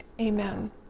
amen